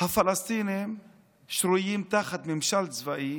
הפלסטינים שרויים תחת ממשל צבאי